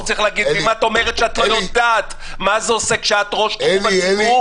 ואם את אומרת שאת לא יודעת מה זה עושה כשאת ראש תחום הציבור,